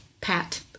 pat